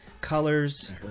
colors